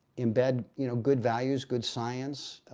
embed you know good values, good science,